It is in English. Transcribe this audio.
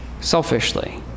selfishly